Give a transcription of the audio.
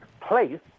place